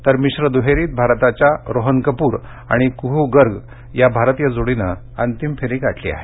तर मिश्र दुहेरीत भारताच्या रोहन कपूर आणि कुहू गर्ग या भारतीय जोडीनं अंतिम फेरी गाठली आहे